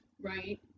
Right